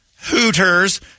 Hooters